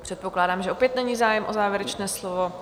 Předpokládám, že opět není zájem o závěrečné slovo.